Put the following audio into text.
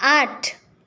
आठ